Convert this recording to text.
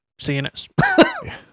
CNS